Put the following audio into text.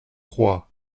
roi